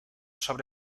sobre